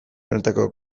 honetako